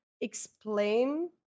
explain